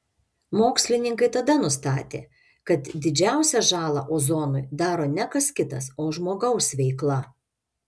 mokslininkai tada nustatė kad didžiausią žalą ozonui daro ne kas kitas o žmogaus veikla